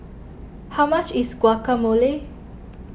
how much is Guacamole